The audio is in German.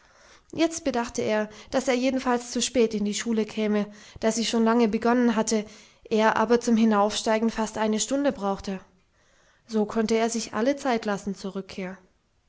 jetzt bedachte er daß er jedenfalls zu spät in die schule käme da sie schon lange begonnen hatte er aber zum hinaufsteigen fast eine stunde brauchte so konnte er sich alle zeit lassen zur rückkehr